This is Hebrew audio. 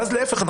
ואז להפך,